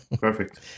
Perfect